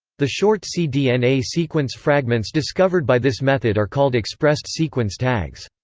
the short cdna sequence fragments discovered by this method are called expressed sequence tags.